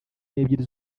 n’ebyiri